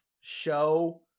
show